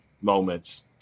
moments